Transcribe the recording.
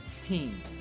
team